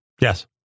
Yes